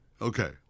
Okay